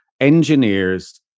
engineers